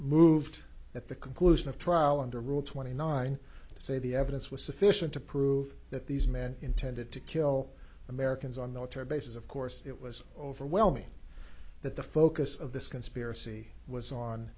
moved at the conclusion of trial under rule twenty nine say the evidence was sufficient to prove that these men intended to kill americans on military bases of course it was overwhelming that the focus of this conspiracy was on